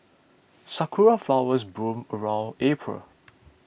sakura flowers bloom around April